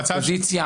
האופוזיציה.